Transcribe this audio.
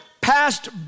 passed